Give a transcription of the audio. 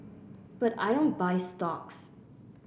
but I don't buy stocks